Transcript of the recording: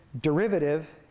derivative